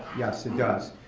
yes it does.